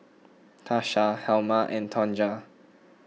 Tasha Helma and Tonja